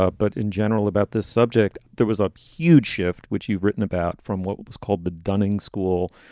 ah but in general, about this subject, there was a huge shift which you've written about from what was called the dunning's school,